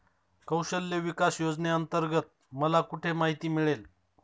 कौशल्य विकास योजनेअंतर्गत मला कुठे माहिती मिळेल?